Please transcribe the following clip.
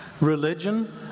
Religion